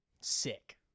Sick